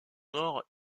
nord